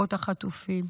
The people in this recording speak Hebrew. גופות החטופים.